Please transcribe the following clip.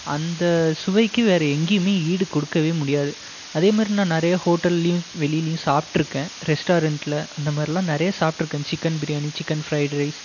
அந்த சுவைக்கு வேறு எங்கேயுமே ஈடு கொடுக்கவே முடியாது அதேமாதிரி நான் நிறைய ஹோட்டல்லையும் வெளிலையும் சாப்பிட்ருக்கேன் ரெஸ்டாரண்ட்டில அந்தமாதிரிலாம் நிறைய சாப்பிட்ருக்கேன் chicken biryani chicken fried rice